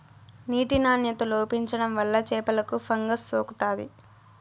నీటి నాణ్యత లోపించడం వల్ల చేపలకు ఫంగస్ సోకుతాది